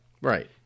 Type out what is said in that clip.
Right